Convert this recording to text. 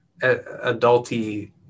adulty